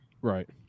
Right